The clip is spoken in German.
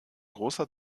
großer